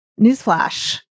Newsflash